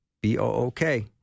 B-O-O-K